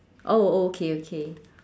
oh oh okay okay